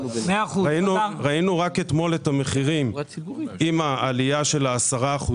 ראינו רק אתמול את המחירים עם העלייה של 10%,